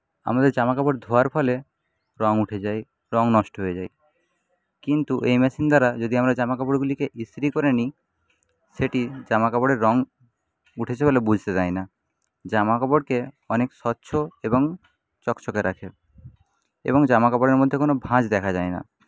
আমাদের জামাকাপড় ধোয়ার ফলে রঙ উঠে যায় রঙ নষ্ট হয়ে যায় কিন্তু এই মেশিন দ্বারা যদি আমরা জামাকাপড়গুলিকে ইস্ত্রি করে নিই সেটি জামাকাপড়ের রঙ উঠেছে বলে বুঝতে দেয় না জামাকাপড়কে অনেক স্বচ্ছ এবং চকচকে রাখে এবং জামাকাপড়ের মধ্যে কোনো ভাঁজ দেখা যায় না